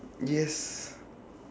yes